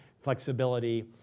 flexibility